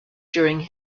during